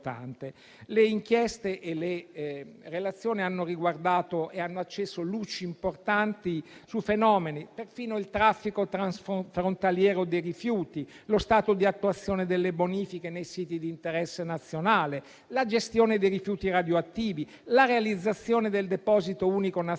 Le inchieste e le relazioni hanno riguardato e hanno acceso luci importanti su fenomeni quali il traffico transfrontaliero dei rifiuti; lo stato di attuazione delle bonifiche nei siti di interesse nazionale; la gestione dei rifiuti radioattivi; la realizzazione del deposito unico nazionale;